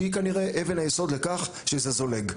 שהיא כנראה אבן היסוד לכך שזה זולג.